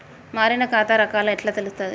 మారిన ఖాతా రకాలు ఎట్లా తెలుత్తది?